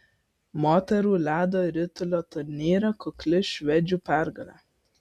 moterų ledo ritulio turnyre kukli švedžių pergalė